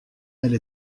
elle